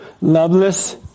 loveless